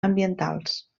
ambientals